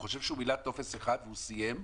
הוא חושב שהוא מילא טופס אחד והוא סיים,